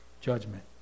judgment